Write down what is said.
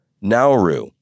Nauru